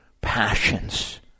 passions